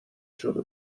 شده